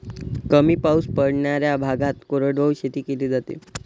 कमी पाऊस पडणाऱ्या भागात कोरडवाहू शेती केली जाते